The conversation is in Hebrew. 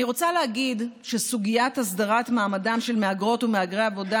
אני רוצה להגיד שסוגיית הסדרת מעמדם של מהגרות ומהגרי עבודה